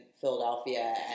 Philadelphia